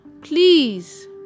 please